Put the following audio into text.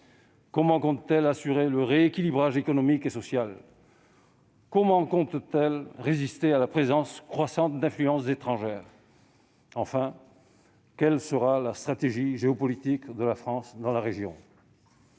Comment compte-t-elle assurer le rééquilibrage économique et social ? Comment compte-t-elle résister à la présence croissante d'influences étrangères ? Enfin, quelle sera la stratégie géopolitique de la France dans la région ?